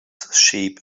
sheep